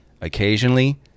occasionally